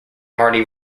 marty